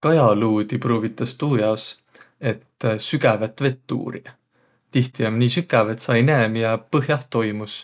Kajaluudi pruugitas tuu jaos, et sügävät vett uuriq. Tihti om nii sükäv, et saq ei näeq, miä põh'ah toimus,